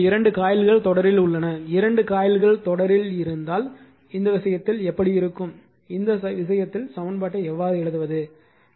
எனவே இப்போது 2 காயில்கள் தொடரில் உள்ளன 2 காயில்கள் தொடரில் இருந்தால் இந்த விஷயத்தில் எப்படி இருக்கும் இந்த விஷயத்தில் சமன்பாட்டை எவ்வாறு எழுதுவது